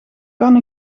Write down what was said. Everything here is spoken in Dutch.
kan